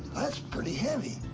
that's pretty heavy.